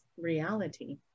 reality